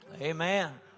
Amen